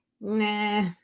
nah